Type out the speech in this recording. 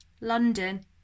London